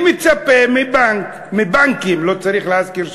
אני מצפה מבנק, מבנקים, לא צריך להזכיר שמות,